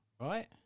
right